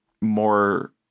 more